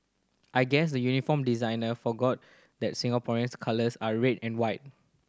I guess the uniform designer forgot that Singapore's colours are red and white